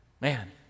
man